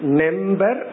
number